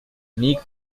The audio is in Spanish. nick